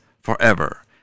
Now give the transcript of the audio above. forever